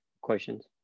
questions